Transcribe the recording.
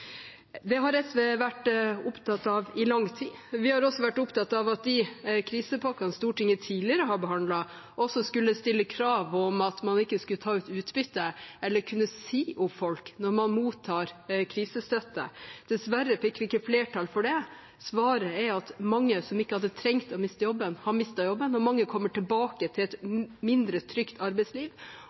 Det har SV vært opptatt av i lang tid. Vi har også vært opptatt av at de krisepakkene som Stortinget tidligere har behandlet, også skulle stille krav om at man ikke skulle ta ut utbytte eller si opp folk når man mottok krisestøtte. Dessverre fikk vi ikke flertall for det. Resultatet er at mange som ikke hadde trengt å miste jobben, har mistet jobben, og mange kommer tilbake til et mindre trygt arbeidsliv,